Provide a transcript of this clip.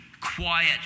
quiet